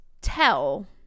tell